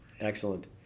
Excellent